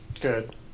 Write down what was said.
Good